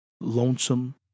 lonesome